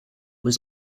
was